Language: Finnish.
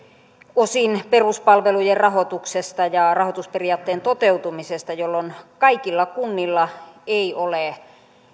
osin peruspalvelujen rahoituksesta ja rahoitusperiaatteen toteutumisesta jolloin kaikilla kunnilla ei ole